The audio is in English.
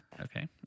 Okay